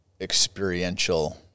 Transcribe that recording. experiential